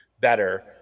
better